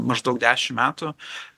maždaug dešim metų